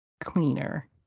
cleaner